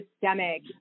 systemic